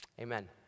Amen